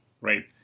right